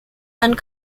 and